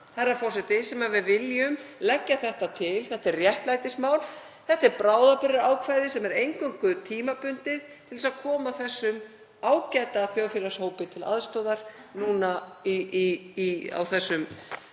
vegna, herra forseti, sem við viljum leggja þetta til. Þetta er réttlætismál. Þetta er bráðabirgðaákvæði sem er eingöngu tímabundið til að koma þessum ágæta þjóðfélagshópi til aðstoðar núna á þessum